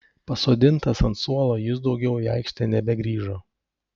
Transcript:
pasodintas ant suolo jis daugiau į aikštę nebegrįžo